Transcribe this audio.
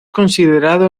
considerado